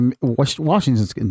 Washington's